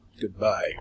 Goodbye